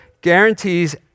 guarantees